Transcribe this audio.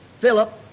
Philip